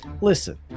Listen